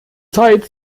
zeit